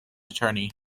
attorney